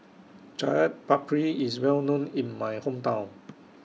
Chaat Papri IS Well known in My Hometown